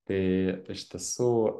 tai iš tiesų